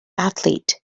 athlete